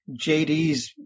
JD's